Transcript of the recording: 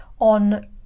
on